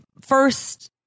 first